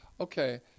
Okay